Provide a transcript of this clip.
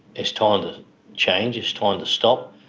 it's time to change, it's time to stop.